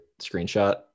screenshot